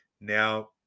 Now